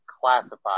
classified